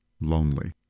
lonely